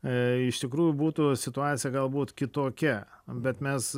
e iš tikrųjų būtų situacija galbūt kitokia bet mes